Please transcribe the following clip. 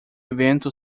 evento